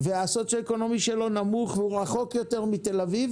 והסוציו אקונומי שלו נמוך והוא רחוק יותר מתל אביב